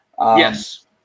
Yes